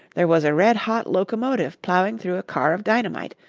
there was a red-hot locomotive plowing through a car of dynamite,